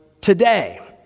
today